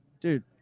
dude